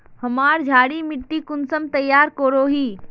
हमार क्षारी मिट्टी कुंसम तैयार करोही?